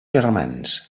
germans